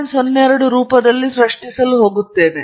02 ರೂಪದಲ್ಲಿ ಸೃಷ್ಟಿಸಲು ಹೋಗುತ್ತೇನೆ